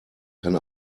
kann